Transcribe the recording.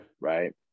right